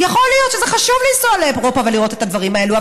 יכול להיות שזה חשוב לנסוע לאירופה ולראות את הדברים האלו,